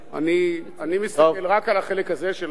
אני מסתכל רק על החלק הזה של האולם.